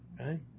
Okay